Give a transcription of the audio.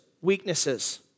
weaknesses